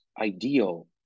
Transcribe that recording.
ideal